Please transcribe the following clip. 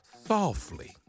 softly